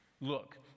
look